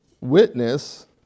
Witness